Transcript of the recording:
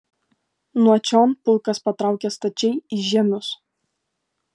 nuo čion pulkas patraukė stačiai į žiemius